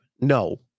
No